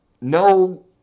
no